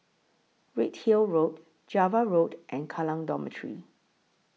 Redhill Road Java Road and Kallang Dormitory